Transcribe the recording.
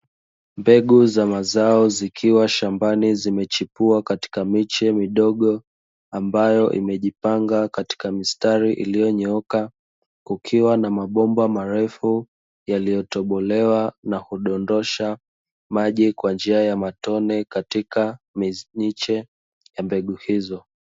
Mbegu za mazao zikiwa shambani zimechipua katika miche midogo ambayo imejipanga katika mistari iliyonyooka, kukiwa na mabomba marefu yaliyotobolewa na hudondosha maji kwa njia ya matone katika miche ya mbegu hizo.